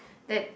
that